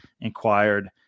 inquired